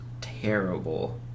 terrible